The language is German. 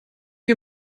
wir